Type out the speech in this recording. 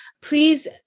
please